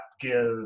give